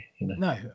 No